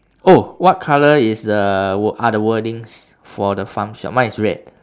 oh what colour is the wo~ are the wordings for the farm shop mine is red